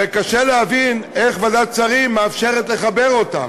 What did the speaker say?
וקשה להבין איך ועדת שרים מאפשרת לחבר אותן.